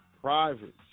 private